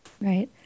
Right